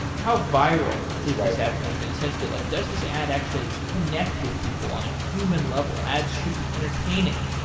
how viral is this advertisement in the sense that like does this ad actually connect with people on a human level? ads should be entertaining,